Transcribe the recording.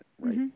right